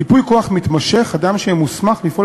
ייפוי כוח מתמשך אדם שיהיה מוסמך לפעול